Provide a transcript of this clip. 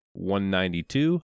192